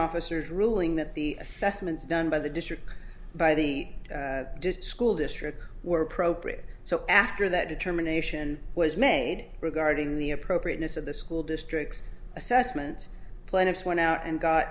officers ruling that the assessments done by the district by the school district were appropriate so after that determination was made regarding the appropriateness of the school district's assessment plaintiffs went out and got